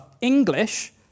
English